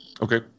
Okay